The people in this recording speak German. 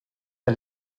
der